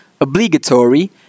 obligatory